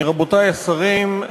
רבותי השרים,